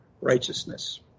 righteousness